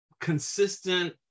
consistent